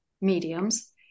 mediums